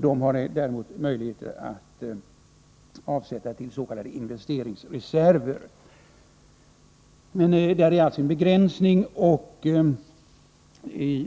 De har däremot möjlighet att avsätta pengar till s.k. investeringsreserver. För dessa finns det dock en begränsning